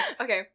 Okay